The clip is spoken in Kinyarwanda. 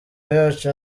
yacu